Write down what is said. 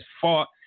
fought